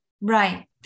right